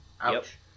Ouch